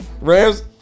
Rams